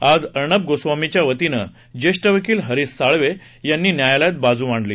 आज अर्णब गोस्वामीच्या वतीनं जेष्ठ वकील हरीश साळवे यांनी न्यायालयात बाजू मांडली